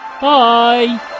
Bye